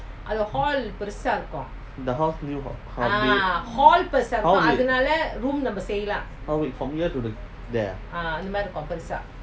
the house new how big how big how big from here to the there ah